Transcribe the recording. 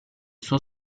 suo